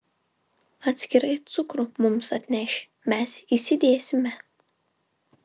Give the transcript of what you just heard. atskirai cukrų mums atneši mes įsidėsime